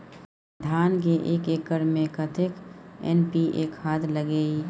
धान के एक एकर में कतेक एन.पी.ए खाद लगे इ?